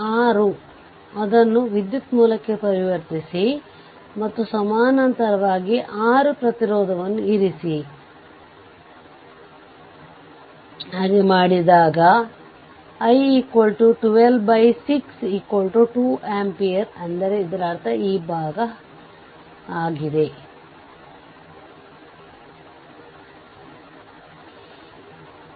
ಆದರೆ ಇಲ್ಲಿ ಅವಲಂಬಿತ ಮೂಲವನ್ನು ಹೊಂದಿದ್ದರೆ ಆ ಸಂದರ್ಭದಲ್ಲಿ 1 ಮತ್ತು 2 ಮೂಲಕ ವೋಲ್ಟೇಜ್ ಮೂಲ V 0ಅನ್ನು ಸಂಪರ್ಕಿಸಬಹುದು ಮತ್ತು i0 ಅನ್ನು ಕಂಡುಹಿಡಿಯಬಹುದು